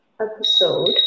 episode